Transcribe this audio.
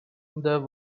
there